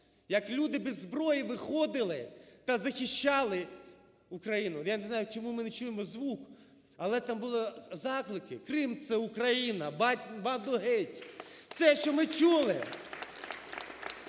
як люди без зброї виходили та захищали Україну. Я не знаю, чому ми не чуємо звук, але там були заклики "Крим – Україна! Банду геть!". Це, що ми чули.